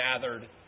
gathered